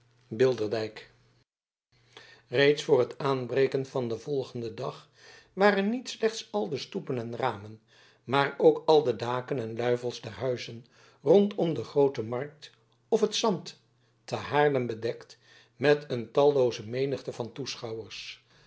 bilderdijk reeds voor het aanbreken van den volgenden dag waren niet slechts al de stoepen en ramen maar ook al de daken en luifels der huizen rondom de groote markt of het zand te haarlem bedekt met een tallooze menigte van toeschouwers